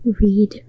read